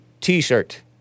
T-shirt